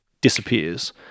disappears